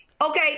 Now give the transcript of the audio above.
Okay